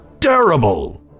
terrible